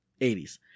80s